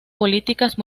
políticas